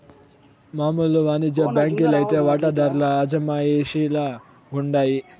మామూలు వానిజ్య బాంకీ లైతే వాటాదార్ల అజమాయిషీల ఉండాయి